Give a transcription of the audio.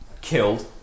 killed